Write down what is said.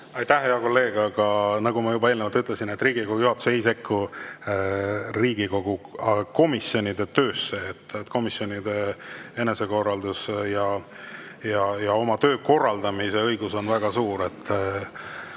Aitäh, hea kolleeg! Nagu ma juba eelnevalt ütlesin, Riigikogu juhatus ei sekku Riigikogu komisjonide töösse. Komisjonide enesekorraldus-, oma töö korraldamise õigus on väga suur.